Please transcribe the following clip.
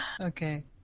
Okay